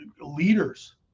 leaders